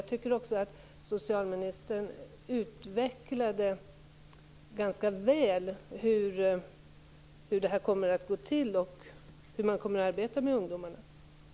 Jag tycker att socialministern ganska väl utvecklade hur det här kommer att gå till och hur man kommer att arbeta med ungdomarna.